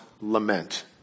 lament